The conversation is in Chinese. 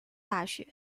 大学